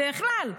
בכלל,